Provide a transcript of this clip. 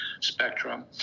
spectrum